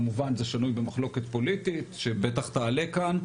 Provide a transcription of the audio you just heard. כמובן זה שנוי במחלוקת פוליטית שבטח תעלה כאן,